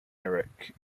eric